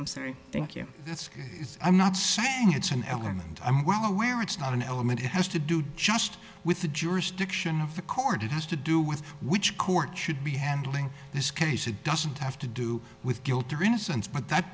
i'm sorry thank you that's i'm not saying it's an element i'm well aware it's not an element it has to do just with the jurisdiction of the court it has to do with which court should be handling this case it doesn't have to do with guilt or innocence but that